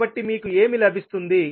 కాబట్టి మీకు ఏమి లభిస్తుంది